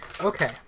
okay